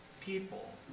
People